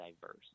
diverse